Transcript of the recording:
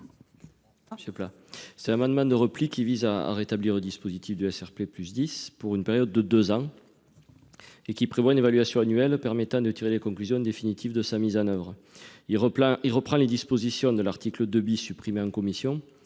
Cet amendement de repli vise à rétablir le dispositif SRP+10 pour une période de deux ans et à prévoir une évaluation annuelle permettant de tirer les conclusions définitives de sa mise en oeuvre. Il reprend ainsi les dispositions de l'article 2 supprimé en commission,